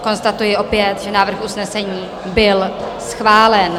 Konstatuji opět, že návrh usnesení byl schválen.